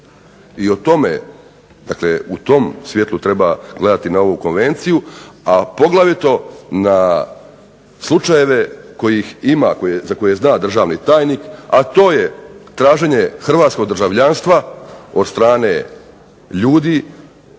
I o tome, dakle u tom svjetlu treba gledati na ovu Konvenciju, a poglavito na slučajeve kojih ima, za koje zna državni tajnik, a to je traženje hrvatskog državljanstva od strane ljudi